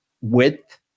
width